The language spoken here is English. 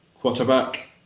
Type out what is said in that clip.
quarterback